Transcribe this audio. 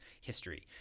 history